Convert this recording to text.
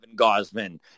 Gosman